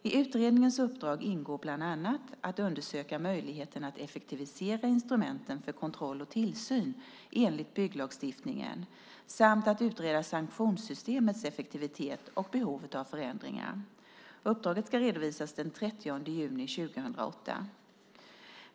I utredningens uppdrag ingår bland annat att undersöka möjligheten att effektivisera instrumenten för kontroll och tillsyn enligt bygglagstiftningen samt att utreda sanktionssystemets effektivitet och behovet av förändringar. Uppdraget ska redovisas den 30 juni 2008.